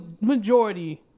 majority